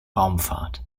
raumfahrt